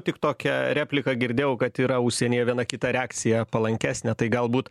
tik tokią repliką girdėjau kad yra užsienyje viena kita reakcija palankesnė tai galbūt